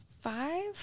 Five